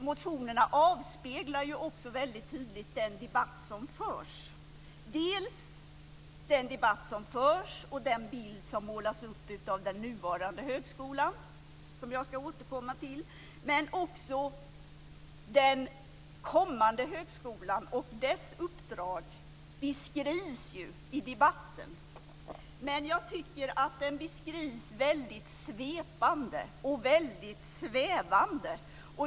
Motionerna avspeglar också väldigt tydligt dels den debatt som förs, dels den bild som målas upp av den nuvarande högskolan, som jag ska återkomma till, men också den kommande högskolan och dess uppdrag beskrivs i debatten. Men jag tycker att den beskrivs väldigt svepande och svävande.